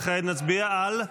וכעת נצביע על,